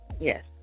Yes